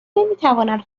نمیتوانند